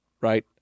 right